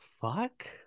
fuck